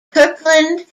kirkland